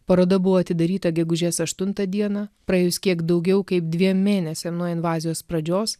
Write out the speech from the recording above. paroda buvo atidaryta gegužės aštuntą dieną praėjus kiek daugiau kaip dviem mėnesiam nuo invazijos pradžios